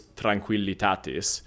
tranquillitatis